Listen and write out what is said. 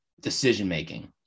decision-making